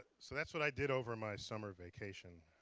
so that's what i did over my summer vacation.